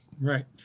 Right